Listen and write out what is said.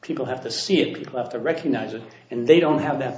people have to see it people have to recognize it and they don't have that